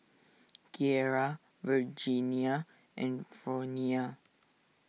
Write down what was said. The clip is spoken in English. Kiera Virginia and Fronia